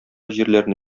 җирләрне